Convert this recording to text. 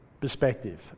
perspective